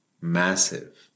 Massive